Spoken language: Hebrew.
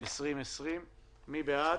2020. מי בעד?